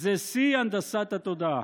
זה שיא הנדסת התודעה.